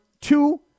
two